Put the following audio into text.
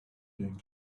being